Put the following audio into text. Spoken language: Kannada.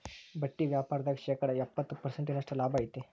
ಬಟ್ಟಿ ವ್ಯಾಪಾರ್ದಾಗ ಶೇಕಡ ಎಪ್ಪ್ತತ ಪರ್ಸೆಂಟಿನಷ್ಟ ಲಾಭಾ ಐತಿ